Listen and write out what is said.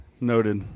Noted